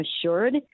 assured